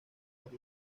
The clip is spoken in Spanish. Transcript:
por